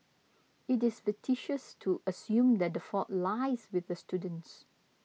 it is facetious to assume that the fault lies with the students